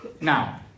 Now